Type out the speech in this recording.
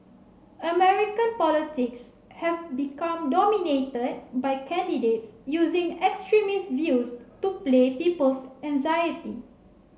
American politics have become dominated by candidates using extremist views to play people's anxiety